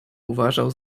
uważał